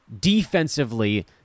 defensively